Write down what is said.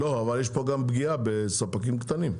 לא, אבל יש פה גם פגיעה בספקים קטנים,